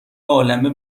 عالمه